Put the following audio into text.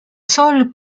sol